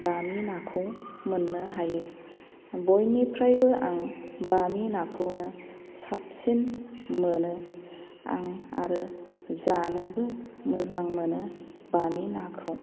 बामि नाखौ मोननो हायो बयनिफ्रायबो आं बामि नाखौनो साबसिन मोनो आं आरो जानोबो मोजां मोनो बामि नाखौ